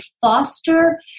foster